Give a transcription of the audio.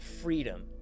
freedom